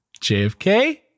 jfk